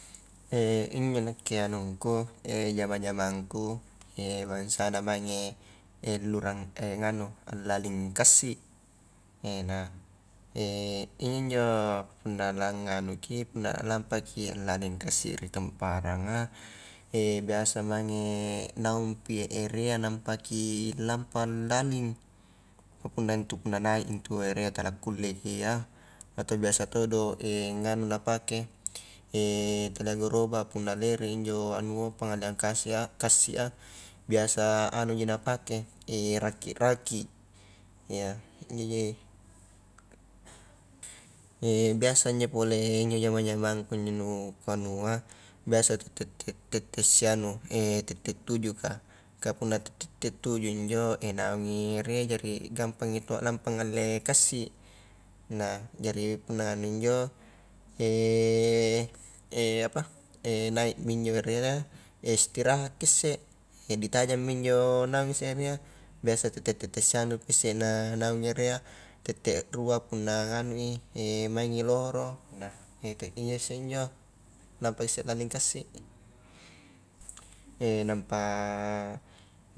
injo nakke anungku jama-jamangku bansana mange luarang nganu laring kassi na injo-njo punna la nganuki punna lampaki laling kassi ri temparanga biasa mange naung pi erea nampaki lampa laling, ka punna intu punna naik i intu era tala kulleki iya atau biasa todo nganu napake talia gerobak punna lerei injo anua pangaleang kasea kassia, biasa anuji napake raki'-raki' iya injonji biasa injo pole injo jama-jamangko injo nu ku anua biasa tette-tette sianu tette tujuh ka kah punna tette tujuhki injo naungi erea jadi gampangi taua lampa ngalle kassi, nah jari punna nganui injo apa naikmi injo erena istrahatki isse ditajangmi injo naung isse erea, biasa tette-tette sianupi isse na naung erea, tette rua punna nganui maingi lohoro na iyasse injo, lampa isse laling kassi nampa